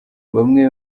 bamwe